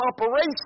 operation